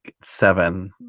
seven